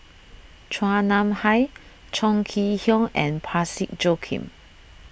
Chua Nam Hai Chong Kee Hiong and Parsick Joaquim